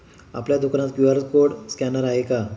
आपल्या दुकानात QR code scanner आहे का?